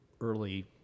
early